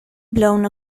blown